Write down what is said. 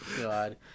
God